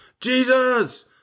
Jesus